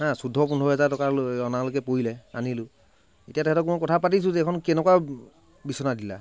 হা চৈধ্য পোন্ধৰ হাজাৰ টকালৈ অনালৈকে পৰিলে আনিলোঁ এতিয়া তেহেঁতক মই কথা পাতিছোঁ যে এইখন কেনেকুৱা বিচনা দিলা